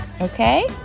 okay